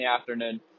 afternoon